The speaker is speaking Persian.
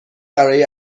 برای